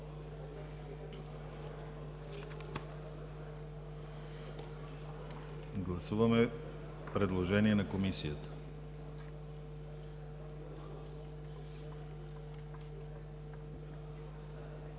гласуване предложението на Комисията.